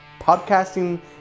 podcasting